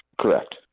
Correct